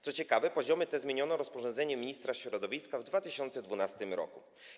Co ciekawe, poziomy te zmieniono rozporządzeniem ministra środowiska w 2012 r.